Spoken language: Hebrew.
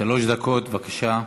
שלוש דקות, בבקשה.